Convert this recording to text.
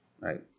right